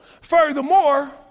Furthermore